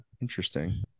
Interesting